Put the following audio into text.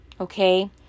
Okay